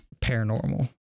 paranormal